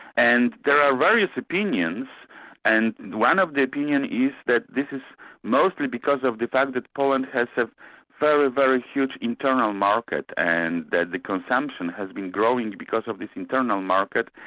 and there are various opinions and one of the opinions is that this is mostly because of the fact that poland has had very, very huge internal market and that the consumption has been growing because of this internal market,